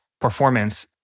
performance